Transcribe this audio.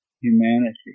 humanity